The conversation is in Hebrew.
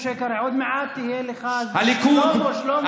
חבר הכנסת משה קרעי, עוד מעט יהיה לך, שלמה, שלמה,